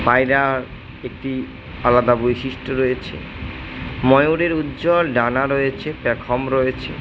পায়রার একটি আলাদা বৈশিষ্ট্য রয়েছে ময়ূরের উজ্জ্বল ডানা রয়েছে পেখম রয়েছে